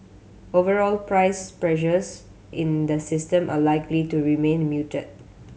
overall price pressures in the system are likely to remain muted